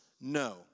No